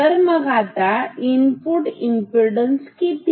तर मग आता इनपुट इमपीडन्स किती